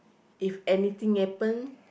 if anything happen